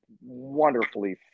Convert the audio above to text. wonderfully